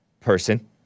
person